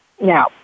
Now